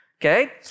Okay